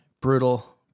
brutal